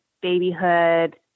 babyhood